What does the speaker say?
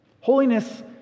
Holiness